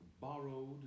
borrowed